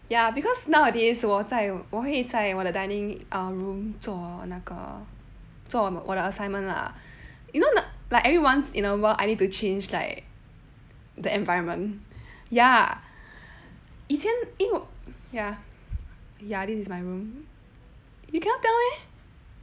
ya because nowadays 我在我会在我的 dining room 做那个做我的 assignment lah you know like every once in a while I need to change like the environment ya 以前 this is my room you cannot tell meh